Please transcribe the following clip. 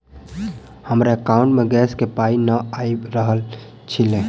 हमरा एकाउंट मे गैस केँ पाई नै आबि रहल छी सँ लेल?